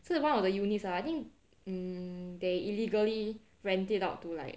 so one of the units ah I think um they illegally rent it out to like